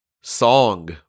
song